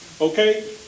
okay